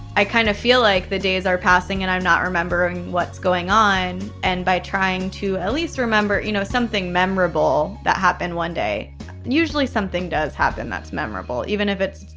i kind of feel like the days are passing and i'm not remembering what's going on and by trying to at least remember you know something memorable that happened one day and usually something does happen that's memorable, even if it's,